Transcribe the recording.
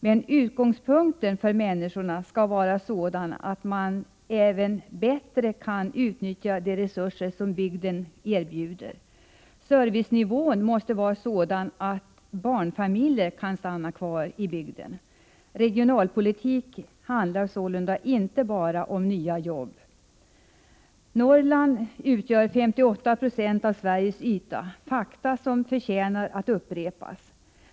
Men utgångspunkten skall vara att man även bättre kan utnyttja de resurser som bygden erbjuder. Servicenivån måste vara sådan att barnfamiljer kan stanna kvar i bygden. Regionalpolitik handlar sålunda inte bara om nya jobb. Norrland utgör 58 96 av Sveriges yta, ett faktum som förtjänar att upprepas.